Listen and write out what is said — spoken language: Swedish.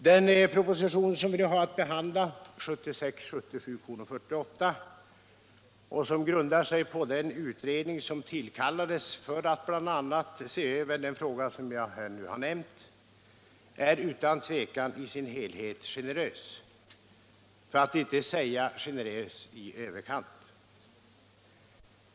Den proposition som vi har att behandla, 1976/77:48, och som grundar sig på den utredning som tillsattes för att bl.a. se över den fråga som jag här nämnt, är utan tvivel i sin helhet generös, för att inte säga generös i överkant.